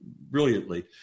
brilliantly